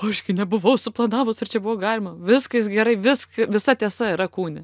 aš gi nebuvau suplanavus ar čia buvo galima viskas gerai visk visa tiesa yra kūne